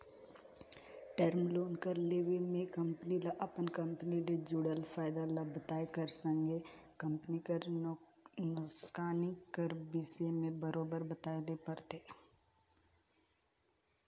term loan कर लेवब में कंपनी ल अपन कंपनी ले जुड़ल फयदा ल बताए कर संघे कंपनी कर नोसकानी कर बिसे में बरोबेर बताए ले परथे